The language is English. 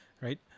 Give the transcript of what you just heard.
right